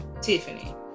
Tiffany